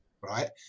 right